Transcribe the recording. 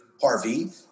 Harvey